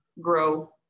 grow